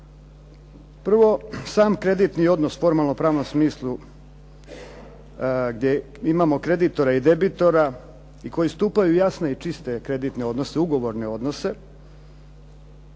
Prvo, sam kreditni odnos u formalno pravnom smislu gdje imamo kreditore i debitora i koji stupaju jasno i čiste kreditne odnose, ugovorne odnose,